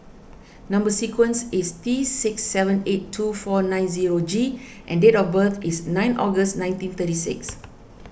Number Sequence is T six seven eight two four nine zero G and date of birth is nine August nineteen thirty six